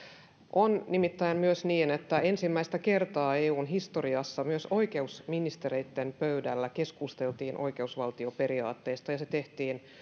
on nimittäin myös niin että ensimmäistä kertaa eun historiassa myös oikeusministereitten pöydällä keskusteltiin oikeusvaltioperiaatteesta ja se tehtiin